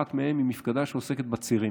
שאחת מהן היא מפקדה שעוסקת בצירים.